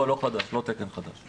לא חדש, לא תקן חדש.